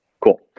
Cool